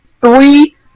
three